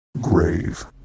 grave